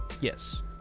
Yes